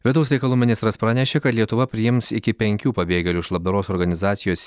vidaus reikalų ministras pranešė kad lietuva priims iki penkių pabėgėlių iš labdaros organizacijos